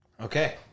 Okay